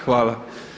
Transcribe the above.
Hvala.